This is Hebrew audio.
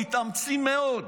הם מתאמצים מאוד